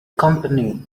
company